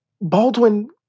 Baldwin